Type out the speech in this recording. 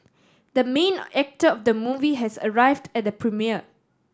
the main actor of the movie has arrived at the premiere